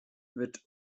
wird